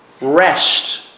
rest